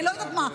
אני לא יודעת מה,